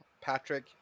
Patrick